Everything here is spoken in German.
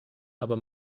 aber